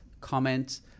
comment